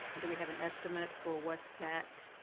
do we have an estimate for what that.